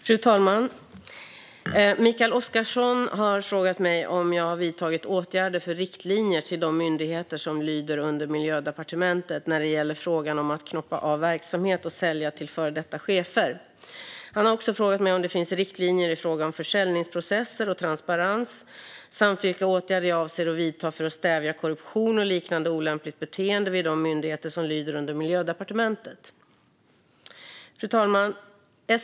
Fru talman! Mikael Oscarsson har frågat mig om jag har vidtagit åtgärder för riktlinjer till de myndigheter som lyder under Miljödepartementet när det gäller att knoppa av verksamhet och sälja till före detta chefer. Han har också frågat mig om det finns riktlinjer i fråga om försäljningsprocesser och transparens samt vilka åtgärder jag avser att vidta för att stävja korruption och liknande olämpligt beteende vid de myndigheter som lyder under Miljödepartementet. Fru talman!